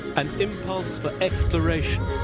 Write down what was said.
an impulse for exploration,